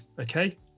Okay